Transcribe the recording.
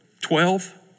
Twelve